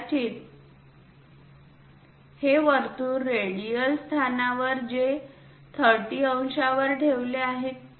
कदाचित हे वर्तुळ रेडियल स्थानावर जे 30 अंशांवर ठेवले आहे